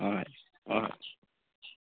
ꯍꯣꯏ ꯍꯣꯏ ꯍꯣꯏ ꯍꯣꯏ